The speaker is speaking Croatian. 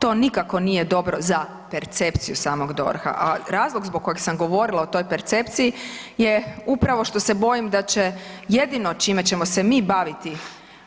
To nikako nije dobro za percepciju samog DORH-a, a razlog zbog kojeg sam govorila o toj percepciji je upravo što se bojim da će jedino čime ćemo se mi baviti